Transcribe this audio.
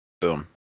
boom